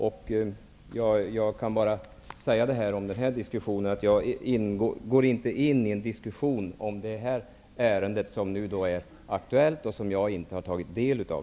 Om denna diskussion kan jag bara säga att jag inte går in i en diskussion om det ärende som nu är aktuellt och som jag inte har tagit del av.